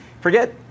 forget